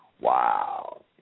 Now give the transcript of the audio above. wow